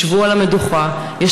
אין